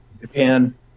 Japan